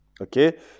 Okay